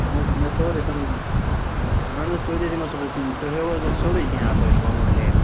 اَہَن حظ مےٚ توٚر یہِ سمجھ اَہَن حظ تۄتہِ حظ یِمَو صُبحَس تُہۍ ہٲوِوٕ حظ اَسہِ سورُے کیٚنٛہہ اَپٲرۍ وۅلُر لیک